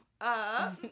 up